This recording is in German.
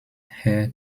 herr